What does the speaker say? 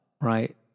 right